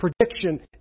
prediction